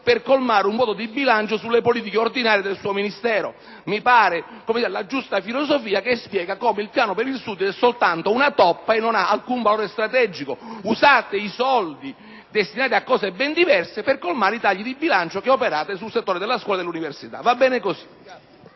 per colmare un vuoto di bilancio sulle politiche ordinarie del suo Ministero. Mi pare la giusta filosofia per spiegare che il Piano per il Sud e soltanto una toppa e non ha alcun valore strategico. Usate i soldi destinati a cose ben diverse per colmare i tagli di bilancio che operate sul settore della scuola e della universita. Va bene cosı.